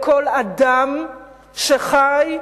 לכל אדם שחי,